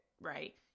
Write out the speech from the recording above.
right